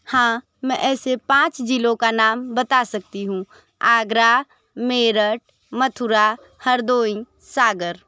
हाँ मै ऐसे पाँच जिलों का नाम बता सकती हूँ आगरा मेरठ मथुरा हरदोई सागर